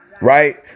Right